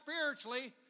spiritually